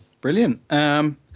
Brilliant